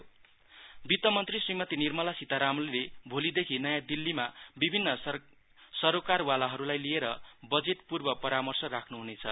Sitaram budget वित्त मन्त्री श्रीमती निमर्ला सितारामले भोलीदेखि नयाँ दिल्लीमा विभिन्न सरोकारवालाहरुलाई लिएर बजेट पूर्व परामर्श राख्नुहुनेछ